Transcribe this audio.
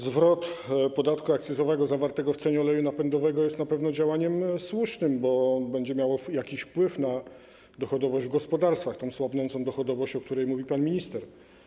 Zwrot podatku akcyzowego zawartego w cenie oleju napędowego jest na pewno działaniem słusznym, bo będzie miało jakiś wpływ na dochodowość w gospodarstwach, tę słabnącą dochodowość, o której mówił pan minister.